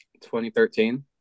2013